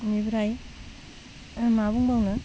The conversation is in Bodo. इनिफ्राय मा बुंबावनो